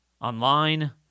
online